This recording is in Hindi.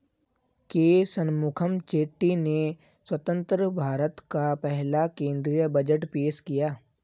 के शनमुखम चेट्टी ने स्वतंत्र भारत का पहला केंद्रीय बजट पेश किया